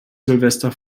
silvester